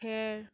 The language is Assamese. খেৰ